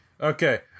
Okay